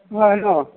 औ हेल'